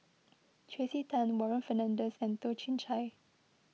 Tracey Tan Warren Fernandez and Toh Chin Chye